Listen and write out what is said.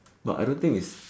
but I don't think it's